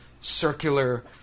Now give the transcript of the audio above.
circular